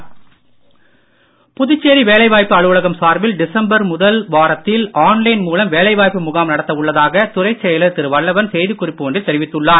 புதுச்சேரி தொழிலாளர் துறை புதுச்சேரி வேலை வாய்ப்பு அலுவலகம் சார்பில் டிசம்பர் முதல் வாரத்தில் ஆன் லைன் மூலம் வேலை வாய்ப்பு முகாம் நடத்த உள்ளதாக துறை செயலர் திரு வல்லவன் செய்திக் குறிப்பு ஒன்றில் தெரிவித்துள்ளார்